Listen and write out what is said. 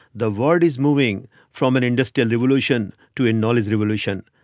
the world is moving from an industrial revolution to a knowledge revolution.